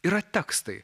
yra tekstai